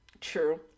True